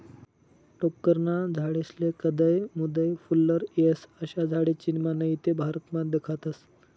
टोक्करना झाडेस्ले कदय मदय फुल्लर येस, अशा झाडे चीनमा नही ते भारतमा दखातस